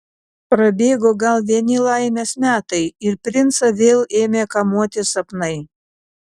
prabėgo gal vieni laimės metai ir princą vėl ėmė kamuoti sapnai